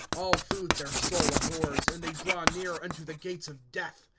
all food their soul abhors. and they draw near unto the gates of death.